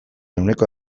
ehuneko